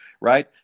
right